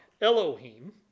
Elohim